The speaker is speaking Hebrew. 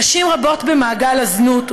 נשים רבות במעגל הזנות,